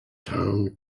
town